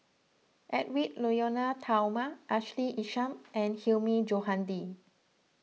Edwy Lyonet Talma Ashley Isham and Hilmi Johandi